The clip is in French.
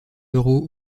euros